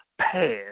past